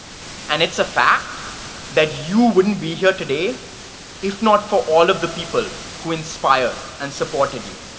and it's a fact that you wouldn't be here today if not for all of the people who inspire and supported you.